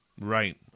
Right